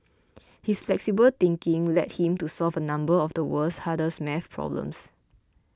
his flexible thinking led him to solve a number of the world's hardest math problems